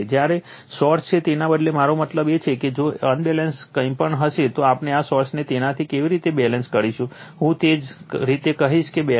જ્યારે સોર્સ છે તેના બદલે મારો મતલબ છે કે જો અબેલેન્સ કંઈપણ હશે તો આપણે આ સોર્સને તેનાથી કેવી રીતે બેલેન્સ કરીશું હું તેવી જ રીતે કહીશ કે તે બેલેન્સ છે